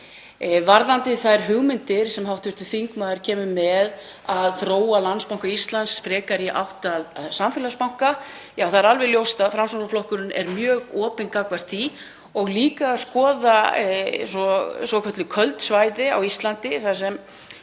Varðandi þær hugmyndir sem hv. þingmaður kemur með, að þróa Landsbanka Íslands frekar í átt að samfélagsbanka, þá er alveg ljóst að Framsóknarflokkurinn er mjög opinn gagnvart því og líka að skoða svokölluð köld svæði á Íslandi þar sem